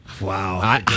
Wow